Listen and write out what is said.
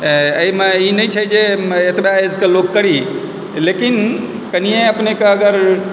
एहिमे ई नहि छै जे एहिमे एतबा एजके लोक करी लेकिन कनिए अपनेके अगर